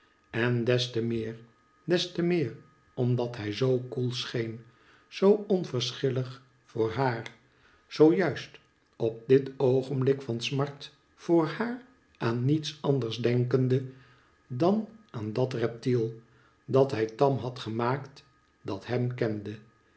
en des te meer des te meer omdat hij zoo koel scheen zoo onverschillig voor haar zoo juist op dit oogenblik van smart voor haar aan niets anders denkende dan aan dat reptiei dat hij tarn had gemaakt dat hem kende